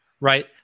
right